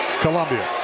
Columbia